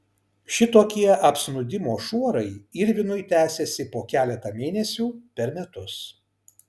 šitokie apsnūdimo šuorai irvinui tęsiasi po keletą mėnesių per metus